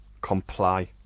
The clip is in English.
comply